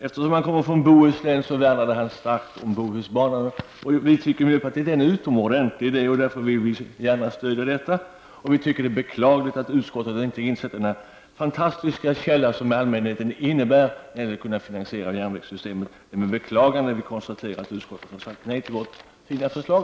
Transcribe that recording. Eftersom han kommer från Bohuslän värnar han starkt om Bohusbanan. Vi tycker i miljöpartiet att det är en utomordentlig idé, och därför vill vi gärna stödja förslaget. Det är beklagligt att utskottet inte har insett den fantastiska källa som allmänheten utgör när det gäller att kunna finansiera järnvägssystemet. Det är med beklagande vi konstaterar att utskottet har sagt nej till vårt fina förslag.